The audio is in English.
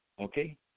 Okay